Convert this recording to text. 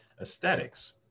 aesthetics